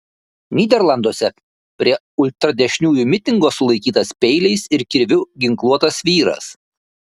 nyderlanduose prie ultradešiniųjų mitingo sulaikytas peiliais ir kirviu ginkluotas vyras